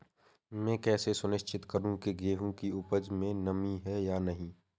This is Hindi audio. मैं कैसे सुनिश्चित करूँ की गेहूँ की उपज में नमी है या नहीं?